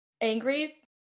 angry